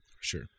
Sure